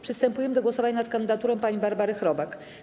Przystępujemy do głosowania nad kandydaturą pani Barbary Chrobak.